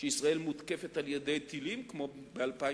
שבה ישראל מותקפת על-ידי טילים, כמו ב-2006,